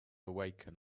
awaken